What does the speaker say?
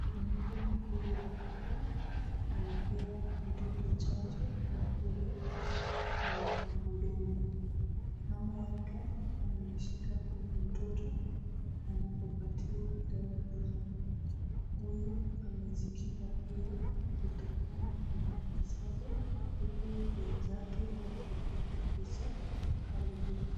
Mhudumu huyu wa afya anapea mtoto chanjo, ya polio kwa mdomo, mama yake amemshika huyu mtoto, anapopatiwa dawa hizo. Huyu amejikinga pia kutokana na usafi, huku wenzake wakipiga picha hali hii.